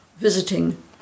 visiting